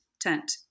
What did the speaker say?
tent